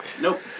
Nope